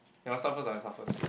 you want start first or I start first